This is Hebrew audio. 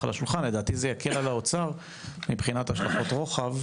על השולחן לדעתי זה יקל על האוצר מבחינת השלכות רוחב